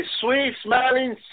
sweet-smelling